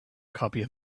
copy